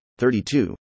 32